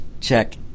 check